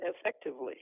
effectively